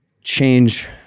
change